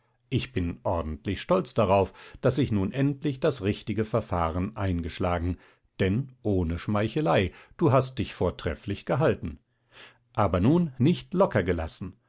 ich bin ordentlich stolz darauf daß ich nun endlich das richtige verfahren eingeschlagen denn ohne schmeichelei du hast dich vortrefflich gehalten aber nun nicht lockergelassen